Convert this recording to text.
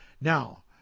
Now